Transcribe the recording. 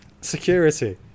security